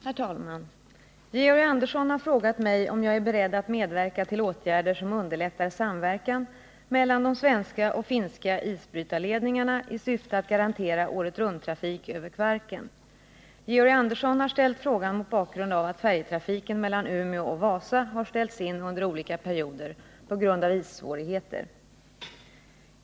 Herr talman! Georg Andersson har frågat mig om jag är beredd att medverka till åtgärder som underlättar samverkan mellan de svenska och finska isbrytarledningarna i syfte att garantera åretrunttrafik över Kvarken. Georg Andersson har ställt frågan mot bakgrund av att färjetrafiken mellan Umeå och Vasa har ställts in under olika perioder på grund av issvårigheter.